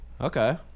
okay